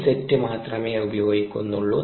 ഒരു സെറ്റ് മാത്രമേ ഉപയോഗിക്കുന്നുള്ളൂ